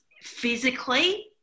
physically